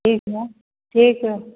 ठीक है ठीक है